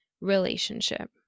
relationship